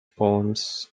poems